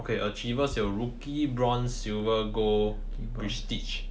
可以 achievers 有 rookie bronze silver gold prestige